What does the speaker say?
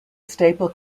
staple